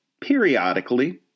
periodically